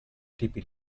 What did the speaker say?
tipi